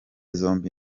zombi